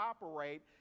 operate